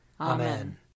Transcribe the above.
Amen